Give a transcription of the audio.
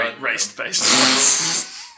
Race-based